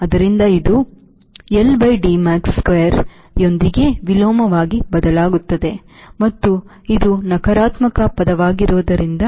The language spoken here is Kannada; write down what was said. ಆದ್ದರಿಂದ ಇದು i L by D max square ಯೊಂದಿಗೆ ವಿಲೋಮವಾಗಿ ಬದಲಾಗುತ್ತದೆ ಮತ್ತು ಇದು ನಕಾರಾತ್ಮಕ ಪದವಾಗಿರುವುದರಿಂದ